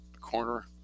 corner